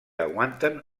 aguanten